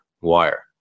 wire